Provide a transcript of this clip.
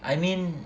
I mean